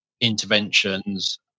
interventions